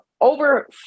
over